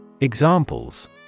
Examples